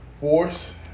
Force